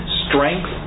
strength